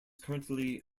currently